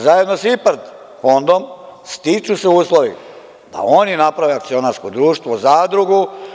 Zajedno sa IPARD fondom stiču se uslovi da oni naprave akcionarsko društvo, zadrugu.